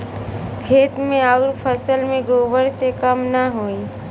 खेत मे अउर फसल मे गोबर से कम ना होई?